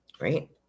right